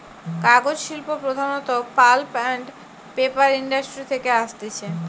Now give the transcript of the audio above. কাগজ শিল্প প্রধানত পাল্প আন্ড পেপার ইন্ডাস্ট্রি থেকে আসতিছে